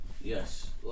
Yes